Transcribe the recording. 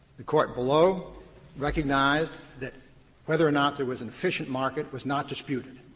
the court below recognized that whether or not there was an efficient market was not disputed.